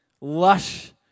lush